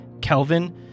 Kelvin